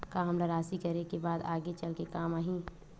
का हमला राशि करे के बाद आगे चल के काम आही?